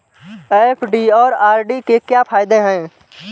FD और RD के क्या फायदे हैं?